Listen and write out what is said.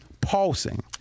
pulsing